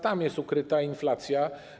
Tam jest ukryta inflacja.